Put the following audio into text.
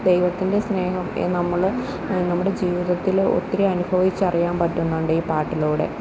ദൈവത്തിന്റെ സ്നേഹം നമ്മൾ നമ്മുടെ ജീവിതത്തിൽ ഒത്തിരി അനുഭവിച്ചറിയാൻ പറ്റുന്നുണ്ട് ഈ പാട്ടിലൂടെ